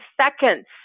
seconds